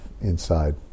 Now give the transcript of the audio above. inside